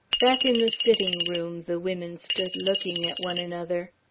back in the sitting room the women stood looking at one another.